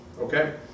okay